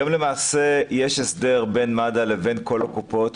היום למעשה יש הסדר בין מד"א לבין כל הקופות,